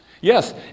Yes